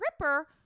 Ripper